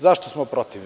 Zašto smo protiv?